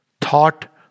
Thought